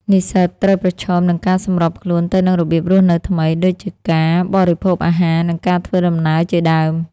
និស្សិតត្រូវប្រឈមនឹងការសម្របខ្លួនទៅនឹងរបៀបរស់នៅថ្មី ដូចជាការបរិភោគអាហារ និងការធ្វើដំណើរជាដើម។